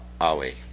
Ali